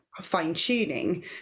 fine-tuning